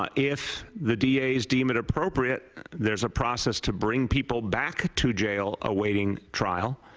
ah if the d a s deem it appropriate there is a process to bring people back to jail awaiting trial.